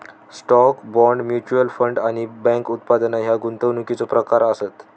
stock, bond, mutual fund आणि bank उत्पादना ह्या गुंतवणुकीचो प्रकार आसत